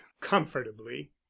comfortably